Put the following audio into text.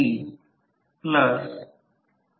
6 होते